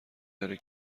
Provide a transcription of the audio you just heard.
داره